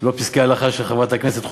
לא פסקי הלכה של חברת הכנסת חוטובלי,